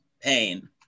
pain